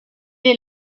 est